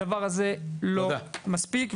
הדבר הזה לא מספיק,